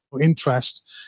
interest